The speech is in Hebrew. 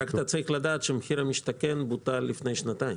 אתה צריך לדעת שמחיר למשתכן בוטל לפני שנתיים.